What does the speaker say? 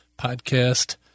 podcast